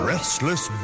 Restless